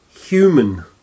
human